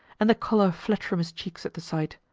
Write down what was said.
and the color fled from his cheeks at the sight.